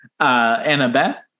Annabeth